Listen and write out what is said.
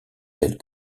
tels